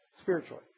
spiritually